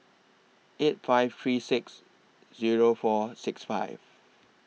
eight five three six Zero four six five